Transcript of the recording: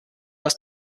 aus